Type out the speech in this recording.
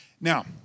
Now